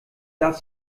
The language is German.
darf